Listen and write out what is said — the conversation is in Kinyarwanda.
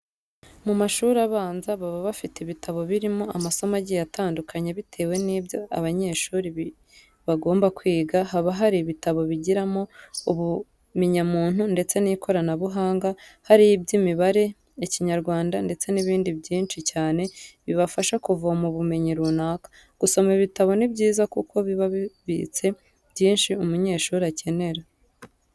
Mu mashuri abanza baba bafite ibitabo birimo amasomo agiye atandukanye bitewe n'ibyo abanyeshuri bagomba kwiga. Haba hari ibitabo bigiramo ubumenyamuntu ndetse n'ikoranabuhanga, hari iby'imibare. ikinyarwanda ndetse n'ibindi byinshi cyane bibafasha kuvoma ubumenyi runaka. Gusoma ibitabo ni byiza kuko biba bibitse byinshi umunyeshuri akenera.